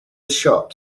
shot